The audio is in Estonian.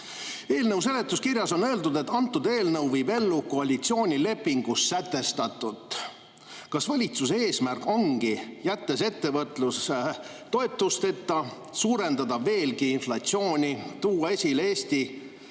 Eelnõu seletuskirjas on öeldud, et eelnõu viib ellu koalitsioonilepingus sätestatut. Kas valitsuse eesmärk ongi, jättes ettevõtluse toetusteta, suurendada veelgi inflatsiooni, kutsuda esile Eesti